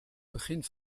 begin